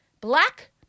black